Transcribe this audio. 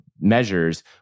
measures